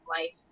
life